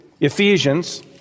Ephesians